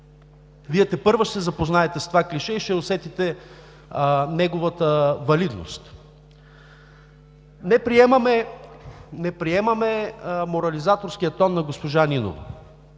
Вие тепърва ще се запознаете с това клише и ще усетите неговата валидност. Не приемаме морализаторския тон на госпожа Нинова,